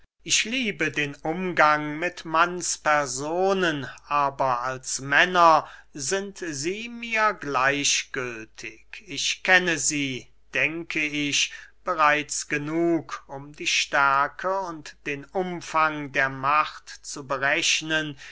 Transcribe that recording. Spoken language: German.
ich liebe den umgang mit mannspersonen aber als männer sind sie mir gleichgültig ich kenne sie denke ich bereits genug um die stärke und den umfang der macht zu berechnen